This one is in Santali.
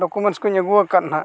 ᱰᱳᱠᱳᱢᱮᱱᱴᱥ ᱠᱚᱧ ᱟᱜᱩᱣᱟᱠᱟᱫ ᱱᱟᱜ